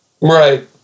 Right